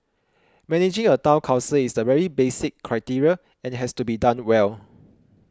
managing a Town Council is the very basic criteria and has to be done well